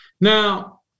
Now